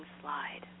slide